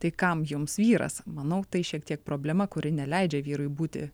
tai kam jums vyras manau tai šiek tiek problema kuri neleidžia vyrui būti